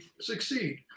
succeed